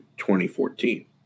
2014